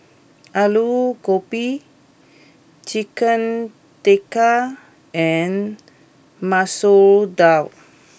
Alu Gobi Chicken Tikka and Masoor Dal